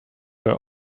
where